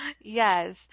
Yes